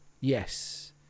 Yes